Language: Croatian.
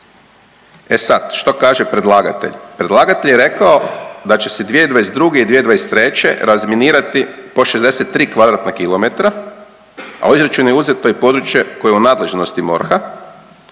E sad što kaže predlagatelj? Predlagatelj je rekao da će se 2022. i 2023. razminirati po 63 kvadratna kilometra, a u izračunu je uzeto i područje koje je u nadležnosti MORH-a,